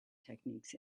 techniques